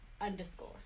underscore